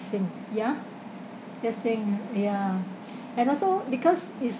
ya these thing ya and also because is